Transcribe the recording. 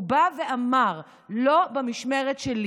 הוא בא ואמר: לא במשמרת שלי.